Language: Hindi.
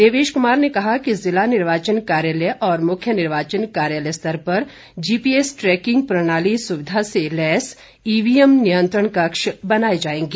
देवेश कुमार ने कहा कि ज़िला निर्वाचन कार्यालय और मुख्य निर्वाचन कार्यालय स्तर पर जीपी एस ट्रैकिंग प्रणाली सुविधा से लैस ईवीएम नियंत्रण कक्ष बनाए जाएंगे